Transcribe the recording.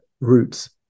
roots